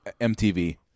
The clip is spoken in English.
MTV